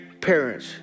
parents